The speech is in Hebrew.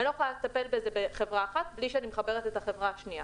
אני לא יכולה לטפל בזה בחברה אחת בלי שאני מחברת את החברה השנייה.